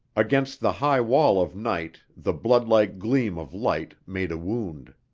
against the high wall of night the blood-like gleam of light made a wound.